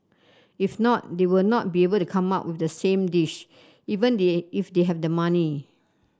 if not they will not be able to come up with the same dish even if they have the money